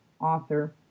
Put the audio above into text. author